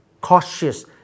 cautious